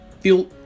feel